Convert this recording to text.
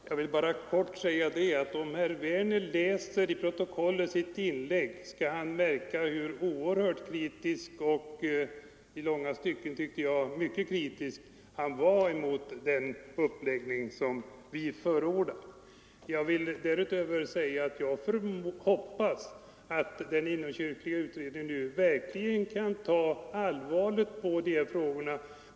Herr talman! Om herr Werner i Malmö läser sitt inlägg i protokollet, så skall han märka hur oerhört kritisk han i långa stycken var mot den uppläggning som vi förordar. Dessutom vill jag säga att jag hoppas att den inomkyrkliga utredningen verkligen skall ta allvarligt på dessa frågor.